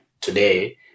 today